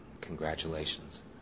Congratulations